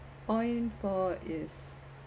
point four is